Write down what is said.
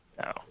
No